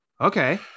okay